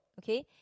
okay